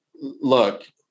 look